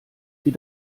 sie